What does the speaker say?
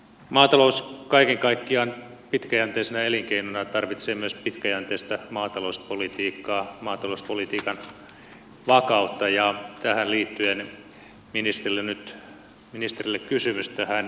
maatalous kaiken kaikkiaan pitkäjänteisenä elinkeinona tarvitsee myös pitkäjänteistä maatalouspolitiikkaa maatalouspolitiikan vakautta ja tähän liittyen ministerille kysymys tähän rakennepakettiin liittyen